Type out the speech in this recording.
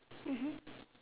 mmhmm